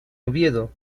oviedo